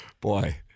boy